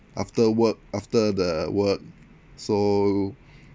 after work after the work so